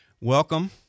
welcome